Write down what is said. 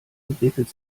entwickelt